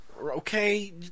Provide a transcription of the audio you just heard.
okay